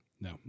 No